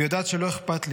/ ויודעת שלא אכפת לי.